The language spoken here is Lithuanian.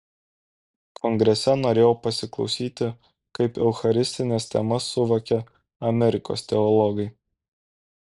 kongrese norėjau pasiklausyti kaip eucharistines temas suvokia amerikos teologai